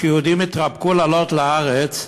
כשיהודים התרפקו לעלות לארץ,